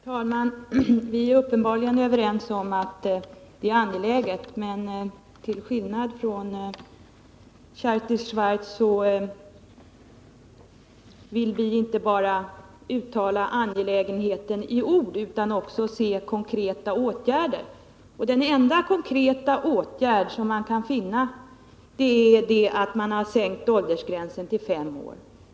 Herr talman! Vi är uppenbarligen överens om att frågan är angelägen, men till skillnad från Kersti Swartz vill vi inte bara uttala angelägenheten i ord utan också se konkreta åtgärder. Och den enda konkreta åtgärd som man kan finna här är att åldersgränsen sänkts till fem år.